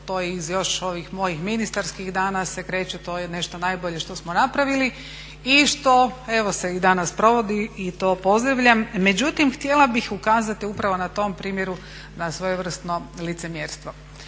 je još iz ovih mojih ministarskih dana se kreće, to je nešto najbolje što smo napravili i što evo se i danas provodi i to pozdravljam. Međutim, htjela bih ukazati upravo na tom primjeru na svojevrsno licemjerstvo.